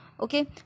Okay